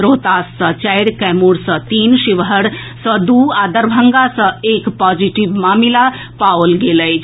रोहतास सँ चारि कैमूर सँ तीन शिवहर सँ दू आ दरभंगा सँ एक पॉजिटिव मामिला पाओल गेल अछि